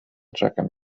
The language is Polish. czekam